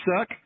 suck